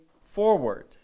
forward